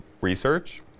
research